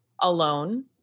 alone